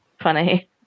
Funny